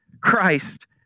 Christ